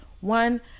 one